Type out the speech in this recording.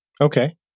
Okay